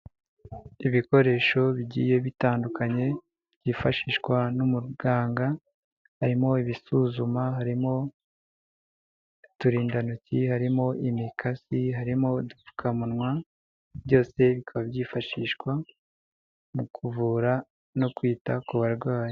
Ibikoresho bigiye bitandukanye byifashishwa n'umuganga, harimo ibisuzuma, harimo uturindantoki, harimo imikasi, harimo udupfukamunwa byose bikaba byifashishwa mu kuvura no kwita ku barwayi.